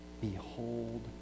Behold